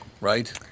right